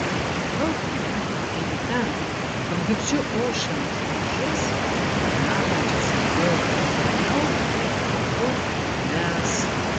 balkone taigi ten kur girdžiu ošiant pušis gyvenančias ilgiau ir ramiau negu mes